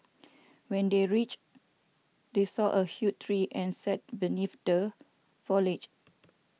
when they reached they saw a huge tree and sit beneath the foliage